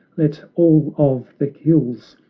let all of the hills,